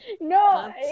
No